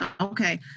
Okay